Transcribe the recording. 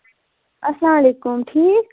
اَسلام علیکُم ٹھیٖک